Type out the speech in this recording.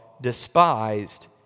despised